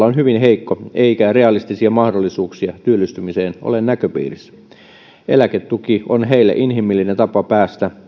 on hyvin heikko eikä realistisia mahdollisuuksia työllistymiseen ole näköpiirissä eläketuki on pitkään työttömänä olleille inhimillinen tapa päästä